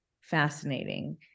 fascinating